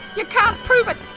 you can't prove it!